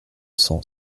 cent